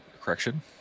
correction